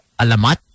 Alamat